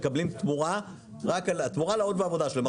מקבלים תמורה לעבודה שלהם.